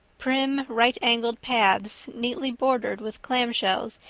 prim, right-angled paths neatly bordered with clamshells,